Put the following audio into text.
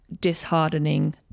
disheartening